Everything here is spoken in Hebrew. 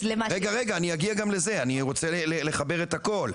רגע אני אגיע גם לזה, אני רוצה לחבר את הכל,